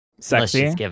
sexy